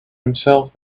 himself